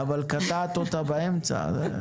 אבל קטעת אותי באמצע.